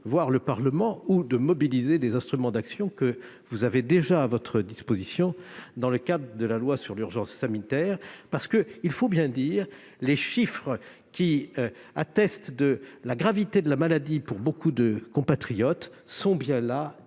devant le Parlement ou de mobiliser des instruments d'action que vous avez déjà à votre disposition dans le cadre de la loi sur l'urgence sanitaire. Il faut en effet le dire, les chiffres qui attestent la gravité de la maladie chez un grand nombre de nos compatriotes sont là,